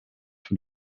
für